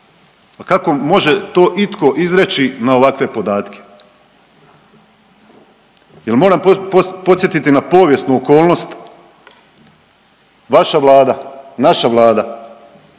kako može to itko izreći na ovakve podatke? Jel' moram podsjetiti na povijesnu okolnost. Vaša Vlada, naša Vlada